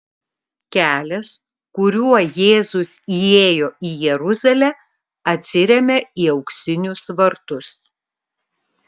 kelias kuriuo jėzus įėjo į jeruzalę atsiremia į auksinius vartus